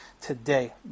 today